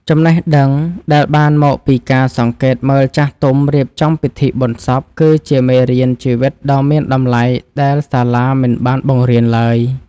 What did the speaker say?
ចំណេះដឹងដែលបានមកពីការសង្កេតមើលចាស់ទុំរៀបចំពិធីបុណ្យសព គឺជាមេរៀនជីវិតដ៏មានតម្លៃដែលសាលាមិនបានបង្រៀនឡើយ។